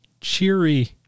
cheery